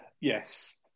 yes